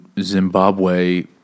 Zimbabwe